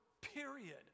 period